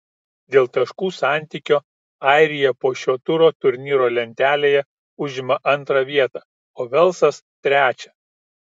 dėl taškų santykio airija po šio turo turnyro lentelėje užima antrą vietą o velsas trečią